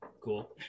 cool